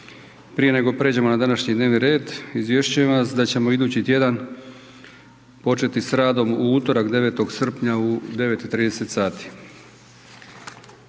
Prije nego pređemo na današnji dnevni red, izvješćujem vas da ćemo idući tjedan početi sa radom u utorak, 9. srpnja u 9,30h.